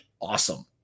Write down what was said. awesome